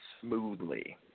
smoothly